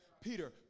Peter